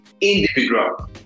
individual